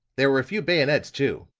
there were a few bayonets, too.